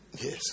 Yes